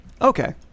Okay